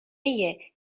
ایه